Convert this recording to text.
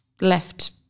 left